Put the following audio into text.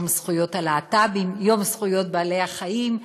יום זכויות הלהט"בים, יום זכויות בעלי-החיים,